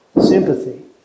sympathy